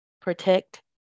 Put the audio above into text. protect